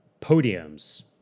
podiums